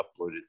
uploaded